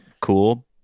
cool